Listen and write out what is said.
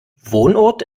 wohnort